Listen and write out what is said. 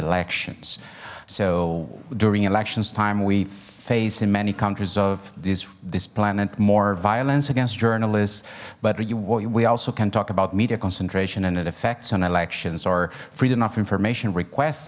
elections so during elections time we face in many countries of this dis planet more violence against journalists but we also can talk about media concentration and it effects and elections or freedom of information request